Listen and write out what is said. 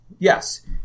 Yes